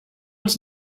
els